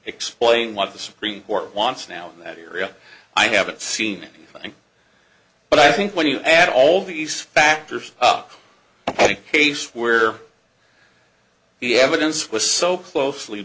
explain what the supreme court wants now in that area i haven't seen it but i think when you add all these factors up any case where the evidence was so closely